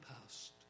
past